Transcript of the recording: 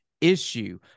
issue